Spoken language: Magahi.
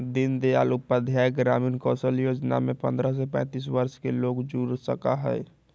दीन दयाल उपाध्याय ग्रामीण कौशल योजना से पंद्रह से पैतींस वर्ष के लोग जुड़ सका हई